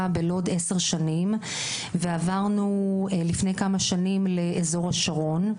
בלוד כבר עשר שנים ועברנו לפני כמה שנים לאזור השרון,